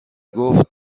گفت